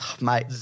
Mate